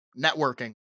networking